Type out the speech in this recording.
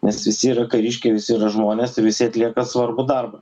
nes visi yra kariškiai visi yra žmonės ir visi atlieka svarbų darbą